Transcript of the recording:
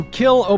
kill